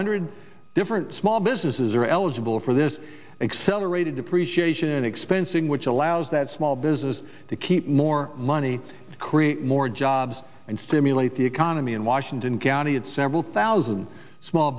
hundred different small businesses are eligible for this accelerated depreciation and expensing which allows that small business to keep more money to create more jobs and stimulate the economy in washington county and several thousand small